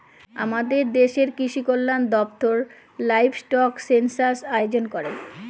আমাদের দেশের কৃষিকল্যান দপ্তর লাইভস্টক সেনসাস আয়োজন করেন